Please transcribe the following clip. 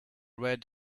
red